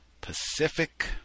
Pacific